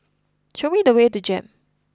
show we the way to Jem